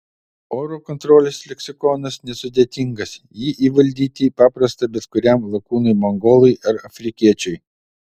oro kontrolės leksikonas nesudėtingas jį įvaldyti paprasta bet kuriam lakūnui mongolui ar afrikiečiui